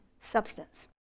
substance